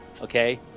okay